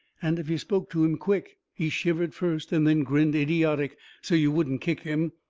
and if you spoke to him quick he shivered first and then grinned idiotic so you wouldn't kick him,